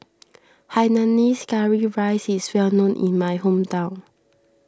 Hainanese Curry Rice is well known in my hometown